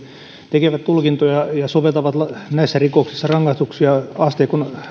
tekevät tulkintoja ja soveltavat näissä rikoksissa rangaistuksia asteikon